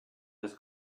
his